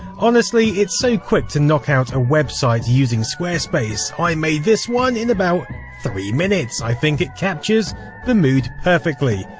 honestly, it's so quick to knock out a website using squarespace i made this one in about three minutes, i think it captures the mood perfectly.